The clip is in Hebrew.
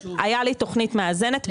הייתה לי תכנית מאזנת,